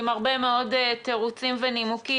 עם הרבה מאוד תירוצים ונימוקים,